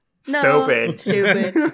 stupid